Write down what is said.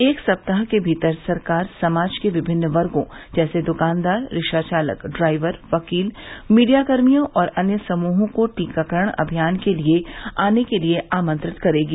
एक सप्ताह के भीतर सरकार समाज के विभिन्न वर्गो जैसे दुकानदार रिक्शा चालक ड्राइवर वकील मीडियाकर्मियों और अन्य समूहों को टीकाकरण अमियान के लिए आने के लिए आमंत्रित करेगी